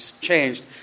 changed